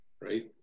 Right